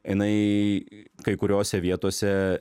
jinai kai kuriose vietose